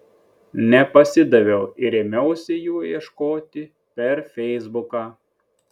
nepasidaviau ir ėmiausi jų ieškoti per feisbuką